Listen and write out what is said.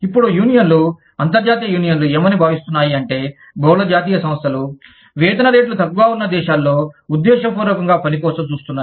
ఇప్పుడు యూనియన్లు అంతర్జాతీయ యూనియన్లు ఏమని భావిస్తున్నాయి అంటే బహుళ జాతీయ సంస్థలు వేతన రేట్లు తక్కువగా ఉన్న దేశాలలో ఉద్దేశపూర్వకంగా పని కోసం చూస్తున్నాయి